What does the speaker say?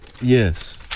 Yes